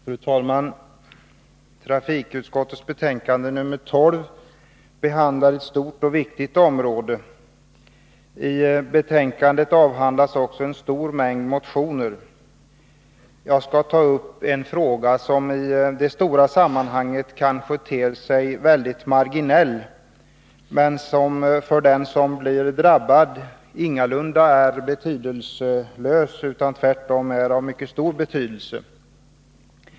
Fru talman! Trafikutskottets betänkande nr 12 behandlar ett stort och viktigt område. I betänkandet behandlas också en stor mängd motioner. Jag skall ta upp en fråga som i de stora sammanhangen kanske ter sig väldigt marginell men som för den som blir drabbad ingalunda är betydelselös, utan tvärtom är av mycket stor betydelse.